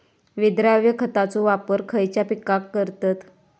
विद्राव्य खताचो वापर खयच्या पिकांका करतत?